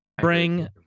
bring